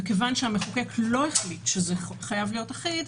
ומכיוון שהמחוקק לא החליט שזה חייב להיות אחיד,